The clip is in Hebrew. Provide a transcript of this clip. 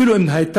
אפילו אם הייתה,